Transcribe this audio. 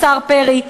השר פרי,